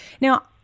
Now